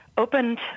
Opened